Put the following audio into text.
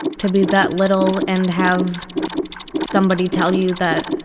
to be that little and have somebody tell you that.